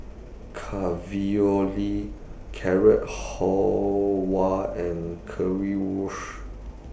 Carrot Halwa and Currywurst